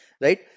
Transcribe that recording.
Right